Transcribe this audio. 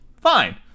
fine